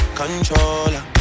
controller